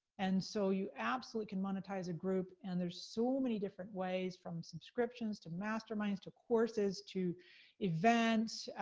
and so you absolutely can monetize a group, and there's so many different ways. from subscriptions to masterminds, to courses, to events,